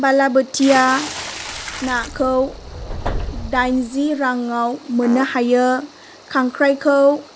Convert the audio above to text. बाला बोथिया नाखौ दाइनजि रांआव मोननो हायो खांख्राइखौ